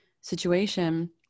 situation